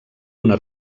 una